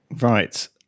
right